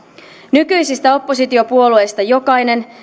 nykyisistä oppositiopuolueista jokainen